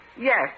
Yes